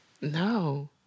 No